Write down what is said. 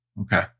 okay